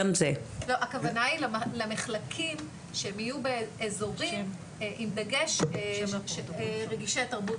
הכוונה היא למחלקים שהם יהיו באיזורים עם דגש רגישי תרבות,